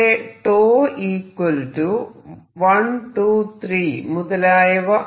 ഇവിടെ 𝞃 1 2 3മുതലായവ